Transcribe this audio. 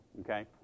okay